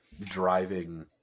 driving